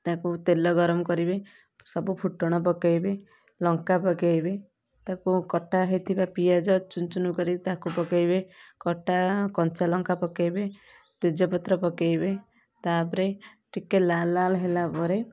ତାକୁ ତେଲ ଗରମ କରିବେ ସବୁ ଫୁଟଣ ପକାଇବେ ଲଙ୍କା ପକାଇବେ ତାକୁ କଟା ହେଇଥିବା ପିଆଜ ଚୁନ୍ ଚୁନ୍ କରି ତାକୁ ପକାଇବେ କଟା କଞ୍ଚା ଲଙ୍କା ପକାଇବେ ତେଜପତ୍ର ପକାଇବେ ତାପରେ ଟିକେ ଲାଲ୍ ଲାଲ୍ ହେଲା ପରେ